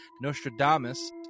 Nostradamus